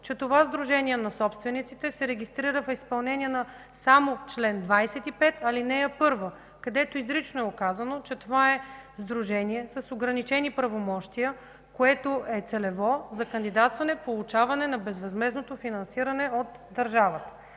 че това Сдружение на собствениците се регистрира в изпълнение само на чл. 25, ал. 1, където изрично е указано, че това е сдружение с ограничени правомощия, което е целево, за кандидатстване, получаване на безвъзмездното финансиране от държавата.